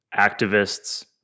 activists